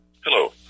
Hello